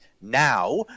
now